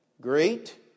Great